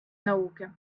науки